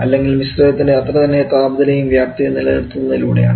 അല്ലെങ്കിൽ മിശ്രിതത്തിന്റെ അത്രതന്നെ താപനിലയും വ്യാപ്തിയും നിലനിർത്തുന്നതിലൂടെയാണ്